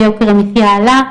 ויוקר המחייה עלה.